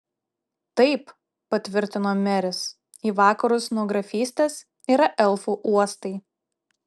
taip patvirtino meris į vakarus nuo grafystės yra elfų uostai